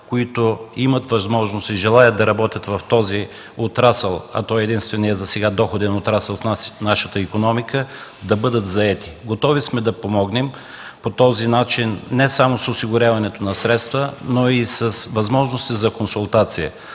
които имат възможности и желаят да работят в този отрасъл, а той е единственият засега доходен отрасъл в нашата икономика, да бъдат заети. Готови сме да помогнем по този начин не само за осигуряването на средства, но и с възможности за консултация.